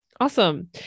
Awesome